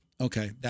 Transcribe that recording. Okay